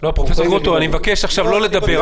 פרופ' גרוטו, אני מבקש לא לדבר עכשיו.